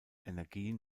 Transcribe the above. energien